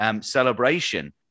celebration